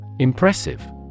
Impressive